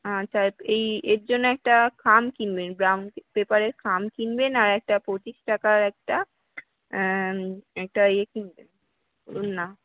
আচ্ছা এই এর জন্য একটা খাম কিনবেন ব্রাউন পেপারের খাম কিনবেন আর একটা পঁচিশ টাকার একটা একটা এ কিনবেন বলুন না